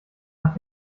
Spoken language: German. nach